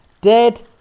dead